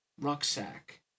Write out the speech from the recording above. Rucksack